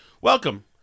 Welcome